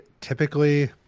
typically